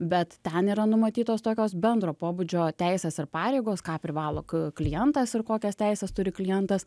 bet ten yra numatytos tokios bendro pobūdžio teisės ir pareigos ką privalo klientas ir kokias teises turi klientas